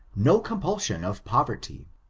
no compulsion of poverty,